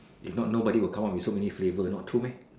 if not nobody will come up with so many flavor not true meh